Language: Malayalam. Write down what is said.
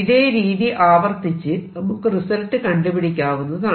ഇതേ രീതി ആവർത്തിച്ച് നമുക്ക് റിസൾട്ട് കണ്ടുപിടിക്കാവുന്നതാണ്